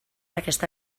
aquesta